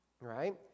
right